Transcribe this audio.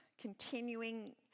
continuing